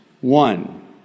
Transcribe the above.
One